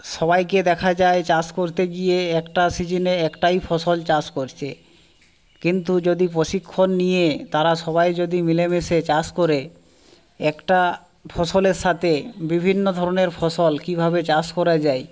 সবাইকে দেখা যায় চাষ করতে গিয়ে একটা সিজেনে একটাই ফসল চাষ করছে কিন্তু যদি প্রশিক্ষণ নিয়ে তারা সবাই যদি মিলে মিশে চাষ করে একটা ফসলের সাথে বিভিন্ন ধরণের ফসল কীভাবে চাষ করা যায়